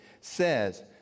says